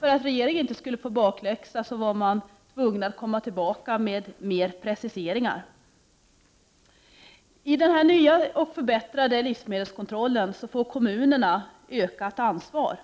För att regeringen inte skulle få bakläxa var den tvungen att återkomma till riksdagen med fler preciseringar. Enligt den nya och förbättrade livsmedelskontrollen får kommunerna ökat ansvar.